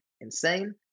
insane